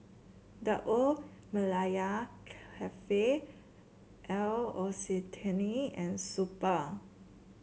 The Old Malaya Cafe L'Occitane and Super